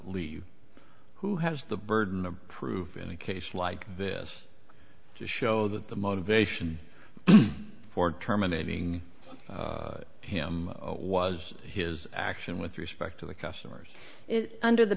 leave who has the burden of proof in a case like this to show that the motivation for terminating him was his action with respect to the customers under the